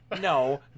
No